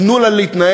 תנו לה להתנהל,